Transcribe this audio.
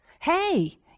Hey